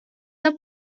are